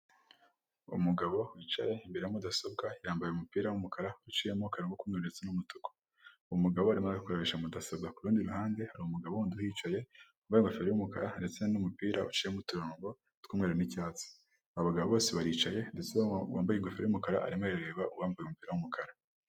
Umugabo wicaye imbere ya mudasobwa yambaye umupira w'umukara uciyemo akarongo k'umweru ndetse n'umutuku, uwo mugabo arimo arakoresha mudasobwa, ku rundi ruhande hari umugabo wundi uhicaye wambaye ingofero y'umukara ndetse n'umupira uciyemo uturongo tw'umweru n'icyatsi, aba bagabo bose baricaye ndetse uwo wambaye ingofero y'umukara arimo arareba uwambaye umupira w'umukara.